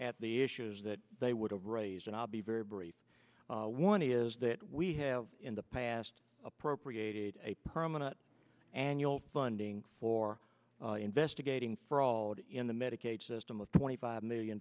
at the issues that they would have raised and i'll be very brief one is that we have in the past appropriated a permanent annual funding for investigating for already in the medicaid system of twenty five million